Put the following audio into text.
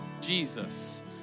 Jesus